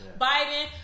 Biden